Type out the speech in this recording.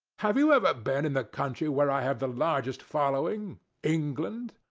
have you ever been in the country where i have the largest following england?